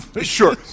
Sure